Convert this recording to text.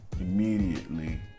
immediately